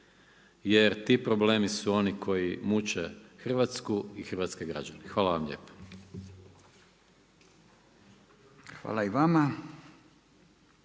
jer ti problemi su oni koji muče Hrvatsku i hrvatske građane. Hvala vam lijepa. **Radin,